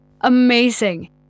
Amazing